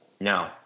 No